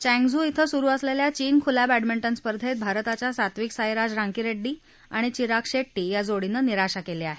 Changzhou क्र सुरू असलेल्या चीन खुल्या बॅडमिंटन स्पर्धेत भारताच्या सात्विक साईराज रांकीरेड्डी आणि चिराग शेट्टी या जोडीनं निराशा केली आहे